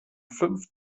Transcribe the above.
fünf